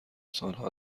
سالها